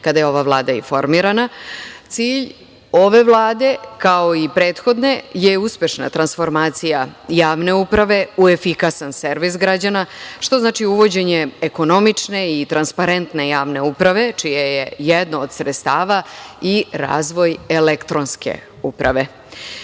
kada je ova Vlada i formirana. Cilj ove Vlade, kao i prethodne je uspešna transformacija javne uprave u efikasan servis građana, što znači uvođenje ekonomične i transparentne javne uprave, čije je jedno do sredstava i razvoj elektronske uprave. Uz